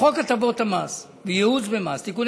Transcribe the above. "בחוק הטבות במס וייעוץ במס (תיקוני